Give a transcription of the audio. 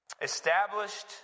established